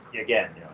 Again